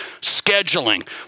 scheduling